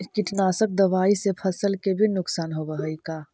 कीटनाशक दबाइ से फसल के भी नुकसान होब हई का?